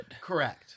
Correct